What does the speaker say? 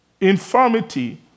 Infirmity